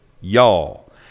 y'all